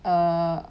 uh